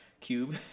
Cube